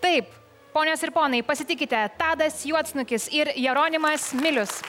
taip ponios ir ponai pasitikite tadas juodsnukis ir jeronimas milius